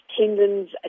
tendons